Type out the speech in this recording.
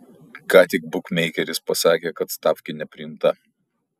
ką tik bukmeikeris pasakė kad stafkė nepriimta